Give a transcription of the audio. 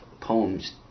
poems